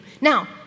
Now